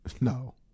No